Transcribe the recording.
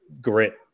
grit